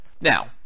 Now